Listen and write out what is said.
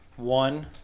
One